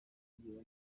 ibyiza